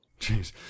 Jeez